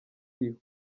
iriho